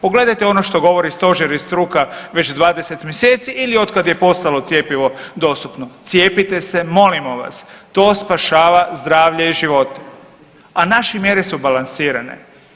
Pogledajte ono što govori stožer i struka već 20 mjeseci ili otkad je postalo cjepivo dostupno, cijepite se molimo vas to spašava zdravlje i živote, a naše mjere su balansirane.